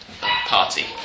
party